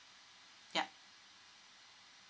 yup